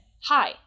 hi